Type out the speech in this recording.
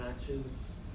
matches